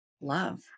love